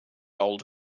old